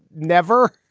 never.